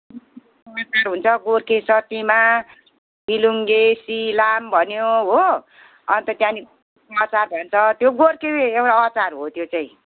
फिलिङ्गेको अचार हुन्छ गोर्खे चटनीमा फिलिङ्गे सिलाम भन्यो हो अन्त त्यहाँदेखि अचार भन्छ त्यो गोर्खे एउटा अचार हो त्यो चाहिँ